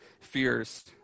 fears